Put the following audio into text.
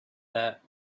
that